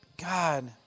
God